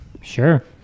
Sure